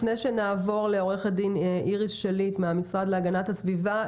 לפני שנעבור לעו"ד איריס שליט מהמשרד להגנת הסביבה,